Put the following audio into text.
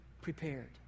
prepared